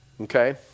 Okay